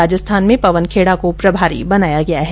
राजस्थान में पवन खेडा को प्रभारी बनाया गया है